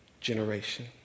generation